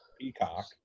peacock